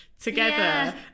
together